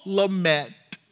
lament